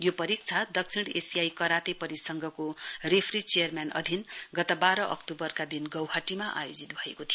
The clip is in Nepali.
यो परीक्षा दक्षिण एशियाई कराते परिसंघको रेफरी चेयनम्यान अधिन गत वाह्व अक्तूवरका दि गौहाटीमा आयोजित भएको थियो